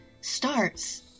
starts